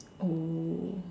oh